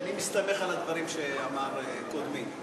אני מסתמך על הדברים שאמר קודמי.